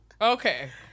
okay